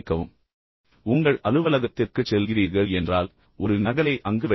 நீங்கள் உங்கள் அலுவலகத்திற்குச் செல்கிறீர்கள் என்றால் ஒரு நகலை அலுவலகத்தில் வைத்திருங்கள்